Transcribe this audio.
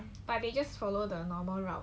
but they just follow the normal route